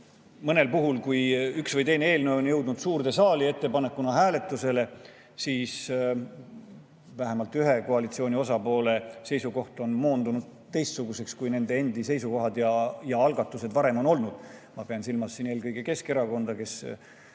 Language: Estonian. mõnel puhul, kui üks või teine eelnõu on jõudnud suurde saali ettepanekuna hääletusele, on vähemalt ühe koalitsiooni osapoole seisukoht moondunud teistsuguseks, kui nende endi seisukohad ja algatused varem on olnud. Ma pean silmas eelkõige Keskerakonda, kes